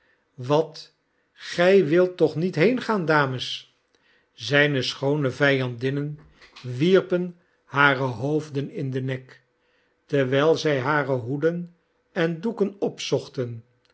wat gij wilt toch niet heengaan dames zijne schoone vijandinnen wierpen hare hoofden in den nek terwijl zij hare hoeden en doeken opzochten